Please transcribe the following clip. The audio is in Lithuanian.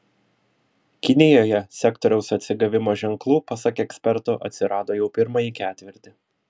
kinijoje sektoriaus atsigavimo ženklų pasak ekspertų atsirado jau pirmąjį ketvirtį